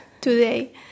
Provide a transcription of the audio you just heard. today